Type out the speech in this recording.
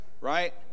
right